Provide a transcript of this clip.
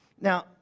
Now